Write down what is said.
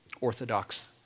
Orthodox